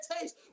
Taste